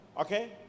Okay